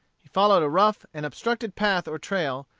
he followed a rough and obstructed path or trail,